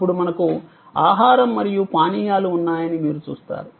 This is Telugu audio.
అప్పుడు మనకు ఆహారం మరియు పానీయాలు ఉన్నాయని మీరు చూస్తారు